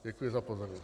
Děkuji za pozornost.